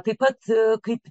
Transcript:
taip pat kaip